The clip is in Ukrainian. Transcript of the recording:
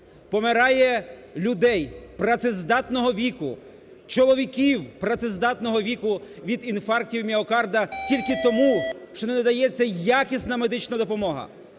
помирає людей працездатного віку, чоловіків працездатного віку від інфарктів міокарда тільки тому, що не надається якісна медична допомога.